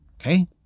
Okay